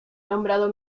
nombrado